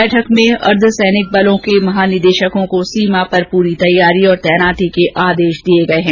बैठक में अर्द्वसैनिक बलों के महानिदेशकों को सीमा पर पूरी तैयारी और तैनाती के आदेश दिये गये हैं